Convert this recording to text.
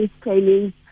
training